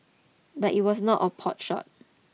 but it was not a potshot